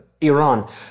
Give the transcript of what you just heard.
Iran